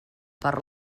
per